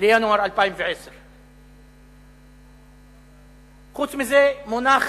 בינואר 2010. חוץ מזה, מונח